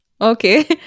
Okay